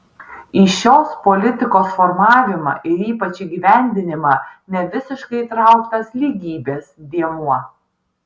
į šios politikos formavimą ir ypač įgyvendinimą nevisiškai įtrauktas lygybės dėmuo